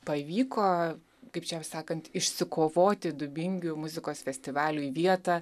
pavyko kaip čia sakant išsikovoti dubingių muzikos festivaliui vietą